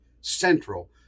central